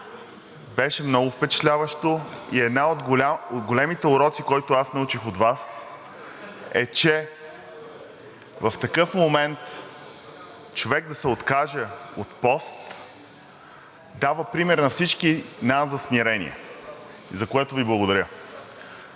беше много впечатляваща. И един от големите уроци, които аз научих от Вас, е, че в такъв момент човек да се откаже от пост, дава пример на всички нас за смирение, за което Ви благодаря.